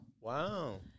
Wow